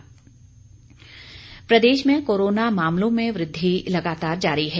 Himachal corona Pradesh में corona मामलों में वृद्धि लगातार जारी है